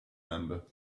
number